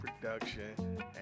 production